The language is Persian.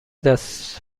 دست